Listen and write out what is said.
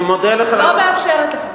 אני לא מאפשרת לך.